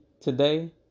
today